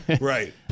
Right